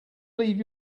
leave